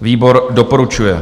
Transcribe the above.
Výbor doporučuje.